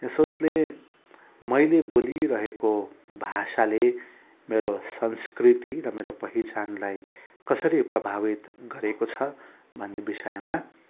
यसोसले मैले बोलिरहेको भाषाले मेरो संस्कृति र मेरो पहिचानलाई कसरी प्रभावित गरेको छ भन्ने विषयमा